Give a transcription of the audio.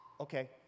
okay